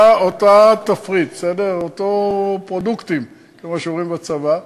אותו תפריט, אותם פרודוקטים, כמו שאומרים בצבא.